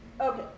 Okay